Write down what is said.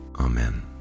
Amen